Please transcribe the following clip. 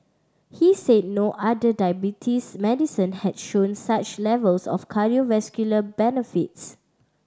he said no other diabetes medicine had shown such levels of cardiovascular benefits